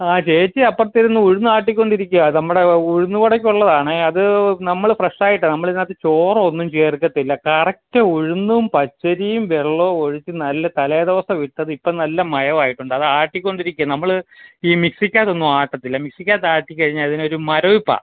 ആ ചേച്ചി അപ്പുറത്തിരുന്ന് ഉഴുന്നാട്ടിക്കൊണ്ടിരിക്കുകയാണ് നമ്മുടെ ഉഴുന്ന് വടക്കുള്ളതാണേ അത് നമ്മൾ ഫ്രഷായിട്ടാണ് നമ്മളിതിനകത്ത് ചോറൊന്നും ചേർക്കത്തില്ല കറക്റ്റ് ഉഴുന്നും പച്ചരിയും വെള്ളവും ഒഴിച്ച് നല്ല തലേ ദിവസം ഇട്ടത് ഇപ്പോൾ നല്ല മായമായിട്ടുണ്ടാകും അതാട്ടിക്കൊണ്ടിരിക്കുകയാണ് നമ്മൾ ഈ മിക്സിക്കകത്തൊന്നും ആട്ടത്തില്ല മിക്സിക്കകത്ത് ആട്ടിക്കഴിഞ്ഞാലതിനൊരു മരവിപ്പാണ്